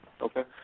Okay